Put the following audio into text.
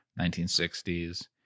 1960s